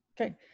Okay